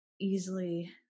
easily